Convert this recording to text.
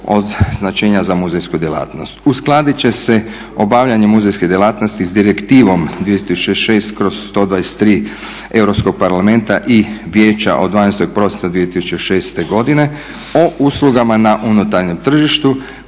od značenja za muzejsku djelatnost. Uskladit će se obavljanje muzejske djelatnosti s Direktivom …/123 Europskog parlamenta i Vijeća od 12. prosinca 2006. godine o uslugama na unutarnjem tržištu